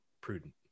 prudent